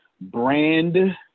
Brand